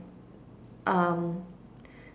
um